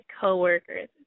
coworkers